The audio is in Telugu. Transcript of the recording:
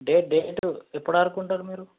డేట్ డేటు ఎప్పుడు వరకు ఉంటారు మీరు